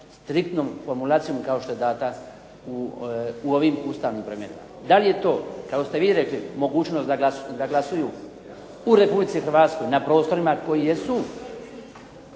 striktnom formulacijom kao što je dana u ovim ustavnim promjenama. Da li je to, kako ste vi rekli, mogućnost da glasuju u RH na prostorima koji jesu